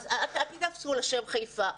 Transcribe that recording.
אז אל תתפסו לשם חיפה.